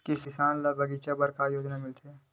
किसान ल बगीचा बर का योजना मिलथे?